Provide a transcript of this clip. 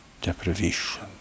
deprivation